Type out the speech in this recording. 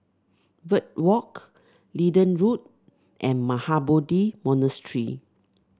Verde Walk Leedon Road and Mahabodhi Monastery